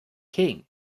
king